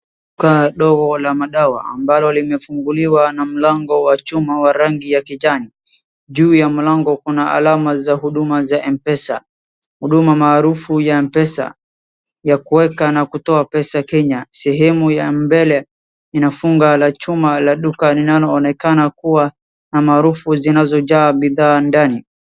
Duka ndogo la madawa, ambalo limefunguliwa na mlango wa chuma na rangi wa kijani, juu ya mlango kuna alama ya huduma za M-pesa , huduma maarufu ya M-pesa , ya kuweka na kutoa pesa Kenya, sehemu ya mbele inafunga la chuma la duka linaloonekana kuwa na maarufu na zinazojaa bidhaa ndani.